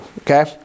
okay